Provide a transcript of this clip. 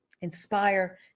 inspire